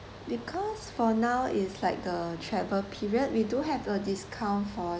because for now is like the travel period we do have a discount for